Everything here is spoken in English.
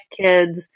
kids